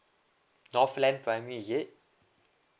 northland primary is it